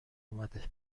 اومده